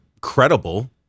credible